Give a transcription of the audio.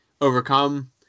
overcome